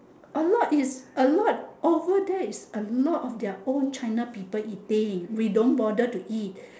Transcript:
a lot is a lot over there is a lot their own china people eating them we don't bother to eat